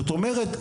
זאת אומרת,